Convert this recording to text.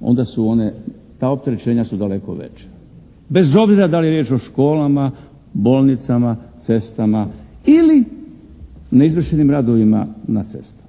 onda su ta opterećenja daleko veća. Bez obzira da li je riječ o školama, bolnicama, cestama ili neizvršenim radovima na cestama.